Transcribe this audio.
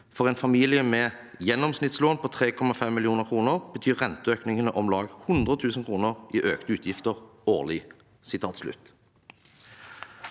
For en familie med gjennomsnittslån på 3,5 mill. kr betyr renteøkningene om lag 100 000 kr i økte utgifter årlig.»